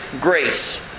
grace